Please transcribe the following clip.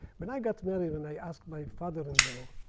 when i got married and i asked my father-in-law,